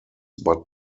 but